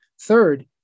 Third